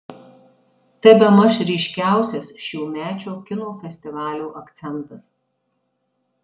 tai bemaž ryškiausias šiųmečio kino festivalio akcentas